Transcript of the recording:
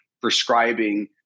prescribing